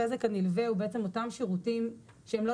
שירות בזק הנלווה הוא בעצם אותם שירותים שהם לא